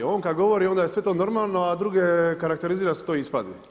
On kad govori onda je sve to normalno, a druge karakterizira da su to ispadi.